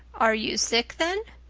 are you sick then?